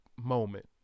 moment